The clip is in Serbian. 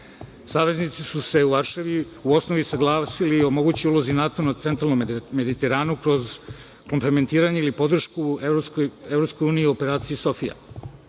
Saveznici su se u Varšavi u osnovi saglasili o mogućoj ulozi NATO na centralnom Mediteranu kroz implementiranje i podršku EU u operaciji „Sofija“.Na